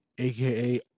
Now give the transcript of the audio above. aka